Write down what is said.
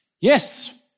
Yes